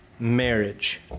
Marriage